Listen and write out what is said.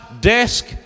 desk